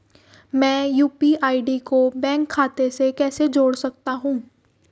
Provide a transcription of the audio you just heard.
मैं यू.पी.आई को बैंक खाते से कैसे जोड़ सकता हूँ?